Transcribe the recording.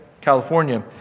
California